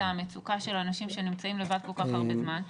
המצוקה של האנשים שנמצאים לבד כל כך הרבה זמן.